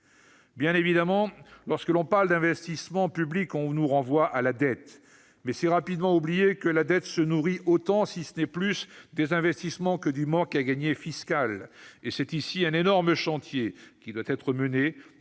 Bien entendu, lorsque l'on parle d'investissements publics, on nous renvoie à la dette. Mais c'est oublier rapidement que la dette se nourrit autant, si ce n'est plus, des investissements que du manque à gagner fiscal. C'est là un énorme chantier qui doit être mené,